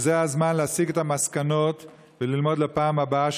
זה הזמן להסיק מסקנות וללמוד לפעם הבאה,